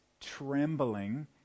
trembling